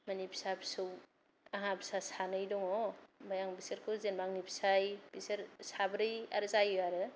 मानि फिसा फिसौ आंहा फिसा सानै दङ आमफाय आं बिसोरखौ जेन'बा आंनि फिसाय बिसोर साब्रै आरो जायो आरो